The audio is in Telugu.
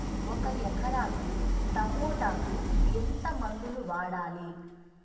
ఒక ఎకరాకి టమోటా కు ఎంత మందులు వాడాలి?